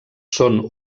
són